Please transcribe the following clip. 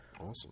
awesome